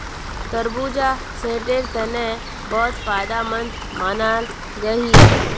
तरबूजा सेहटेर तने बहुत फायदमंद मानाल गहिये